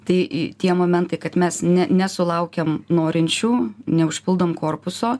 tai tie momentai kad mes nesulaukiam norinčių neužpildom korpuso